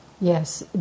yes